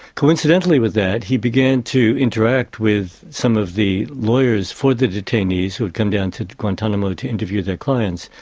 coincidentally with that he began to interact with some of the lawyers for the detainees who had come down to guantanamo to interview their clients,